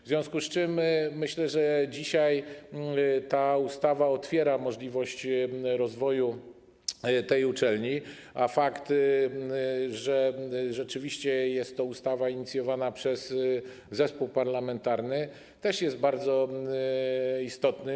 W związku z tym myślę, że dzisiaj ta ustawa otwiera możliwość rozwoju tej uczelni, a fakt, że rzeczywiście jest to ustawa inicjowana przez zespół parlamentarny, też jest bardzo istotny.